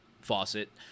faucet